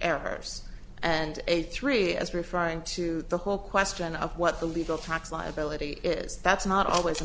errors and a three as referring to the whole question of what the legal tax liability is that's not always a